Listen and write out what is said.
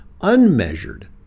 unmeasured